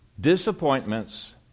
Disappointments